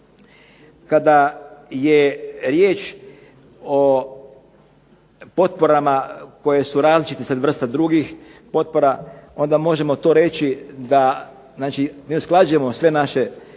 Kada je riječ o potporama koje su različite vrste od drugih potpora onda možemo to reći da ne usklađujemo sve naše poticaje,